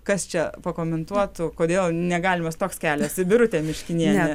kas čia pakomentuotų kodėl negalimas toks kelias birutė miškinienė